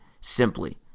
simply